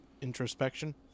introspection